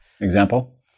Example